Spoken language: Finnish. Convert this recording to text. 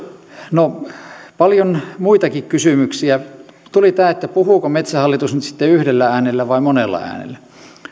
paljon muitakin kysymyksiä tuli tämä että puhuuko metsähallitus nyt sitten yhdellä äänellä vai monella äänellä